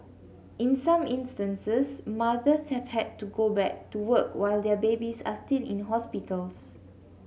in some instances mothers have had to go back to work while their babies are still in hospitals